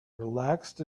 relaxed